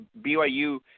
BYU